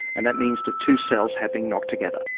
and that means the two cells have been knocked together.